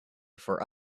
for